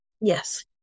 yes